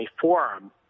forum